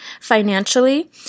financially